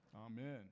amen